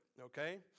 okay